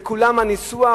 וכולם על ניסוח